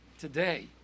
today